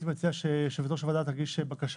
אז אני הייתי מציע שיושבת ראש הוועדה תגיש בקשה